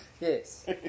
Yes